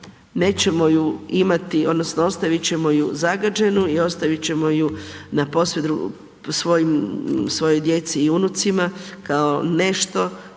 nećemo ju imati odnosno ostavit ćemo zagađenu i ostavit ćemo ju na posve svojoj djeci i unucima kao nešto